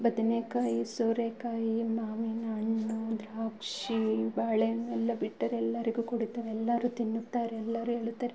ಬದನೇಕಾಯಿ ಸೋರೆಕಾಯಿ ಮಾವಿನ ಹಣ್ಣು ದ್ರಾಕ್ಷಿ ಬಾಳೆ ಹಣ್ಣು ಎಲ್ಲ ಬಿಟ್ಟರೆ ಎಲ್ಲರಿಗೂ ಕೊಡುತ್ತೇವೆ ಎಲ್ಲರೂ ತಿನ್ನುತ್ತಾರೆ ಎಲ್ಲರು ಹೇಳುತ್ತಾರೆ